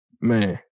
Man